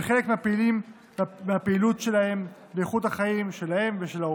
את חלק מהפעילות שלהם ואיכות החיים שלהם ושל האורחים.